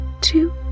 two